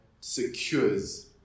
secures